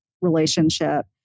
relationship